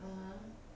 (uh huh)